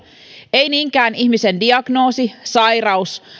ei niinkään ihmisen diagnoosi sairaus